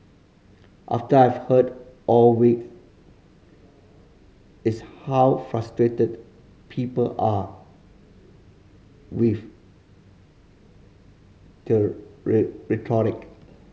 after I've heard all weeks is how frustrated people are with rhetoric